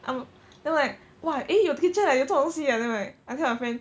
um then like !wah! eh 有 kitchen leh 有这种东西 leh then like I tell my friend